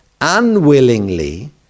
unwillingly